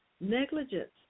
Negligence